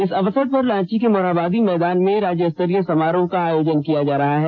इस अवसर पर रांची के मोरहाबादी मैदान में राज्यस्तरीय समारोह का आयोजन किया जा रहा है